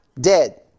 dead